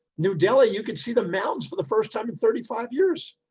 new delhi, you could see the mountains for the first time in thirty five years,